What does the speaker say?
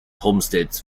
homesteads